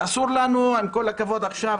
ואסור לנו, עם כל הכבוד, עכשיו